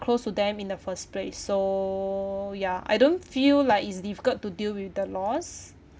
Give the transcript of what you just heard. close to them in the first place so ya I don't feel like it's difficult to deal with the loss